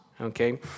Okay